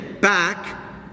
back